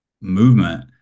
movement